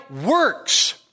works